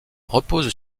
repose